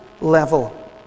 level